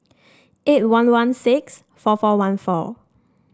eight one one six four four one four